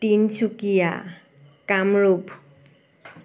Tinsukia Kamrup